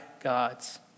gods